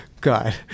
god